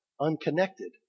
unconnected